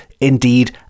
indeed